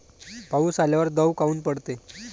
पाऊस आल्यावर दव काऊन पडते?